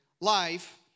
life